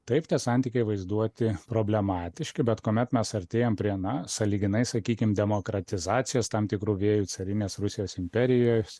taip tie santykiai vaizduoti problematiški bet kuomet mes artėjam prie na sąlyginai sakykim demokratizacijos tam tikrų vėjų carinės rusijos imperijos